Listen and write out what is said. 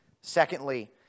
Secondly